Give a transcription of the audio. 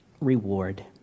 reward